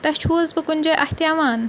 تۄہہِ چھُو حظ بہٕ کُنہِ جایہِ اَتھِ یِوان